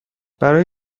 برای